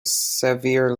sevier